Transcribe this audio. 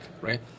Right